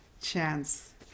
chance